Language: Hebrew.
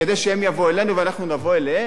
כדי שהם יבואו אלינו ואנחנו נבוא אליהם?